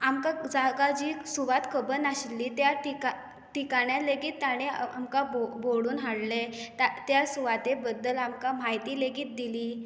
आमकां जागो जी सुवात खबर नाशिल्ली त्या ठिका ठिकाण्यार लेगीत ताणें आमकां भोंवड भोंवडून हाडलें त्या सुवाते बद्दल आमकां म्हायती लेगीत दिली